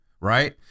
right